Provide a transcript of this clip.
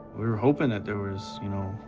we were hoping that there was, you know,